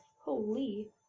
holy